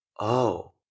Oh